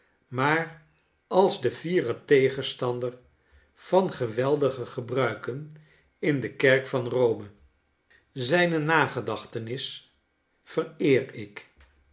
maar als de fiere tegenstander van geweldige gebruiken in de kerk van rome zijne nagedachtenis vereer ik